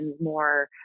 more